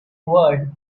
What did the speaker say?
word